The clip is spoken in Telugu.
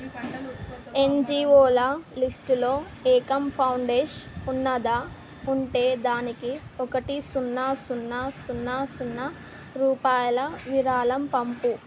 యన్జిఓల లిస్టులో ఏకమ్ ఫౌండేషన్ ఉన్నదా ఉంటే దానికి ఒకటి సున్నా సున్నా సున్నా సున్నా రూపాయల విరాళం పంపుము